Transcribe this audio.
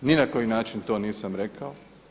Ni na koji način to nisam rekao.